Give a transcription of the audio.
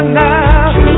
now